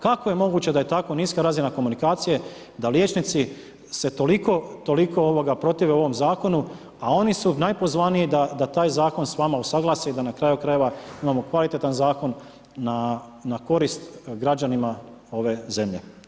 Kako je moguće da je tako niska razina komunikacije da liječnici se toliko protive ovom Zakonu, a oni su najpozvaniji da taj Zakon s vama usaglase i da na kraju krajeva imamo kvalitetan Zakon na korist građanima ove zemlje.